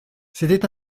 c’était